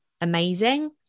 amazing